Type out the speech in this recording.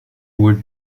would